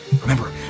remember